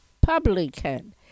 publican